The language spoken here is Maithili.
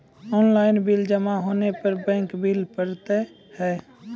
ऑनलाइन बिल जमा होने पर बैंक बिल पड़तैत हैं?